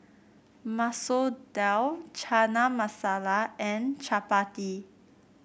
Masoor Dal Chana Masala and Chapati